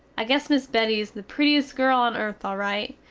i guess miss betty is the prettiest girl on earth al-rite.